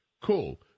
Cool